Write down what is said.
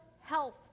health